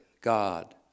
God